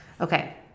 Okay